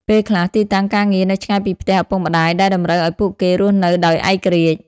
ពេលខ្លះ ទីតាំងការងារនៅឆ្ងាយពីផ្ទះឪពុកម្តាយ ដែលតម្រូវឱ្យពួកគេរស់នៅដោយឯករាជ្យ។